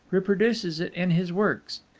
reproduces it in his works.